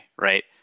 right